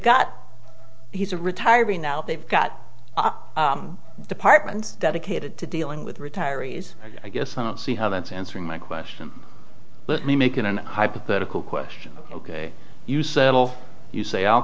got he's retiring now they've got departments dedicated to dealing with retirees i guess i don't see how that's answering my question let me make it an hypothetical question ok you settle you say i'll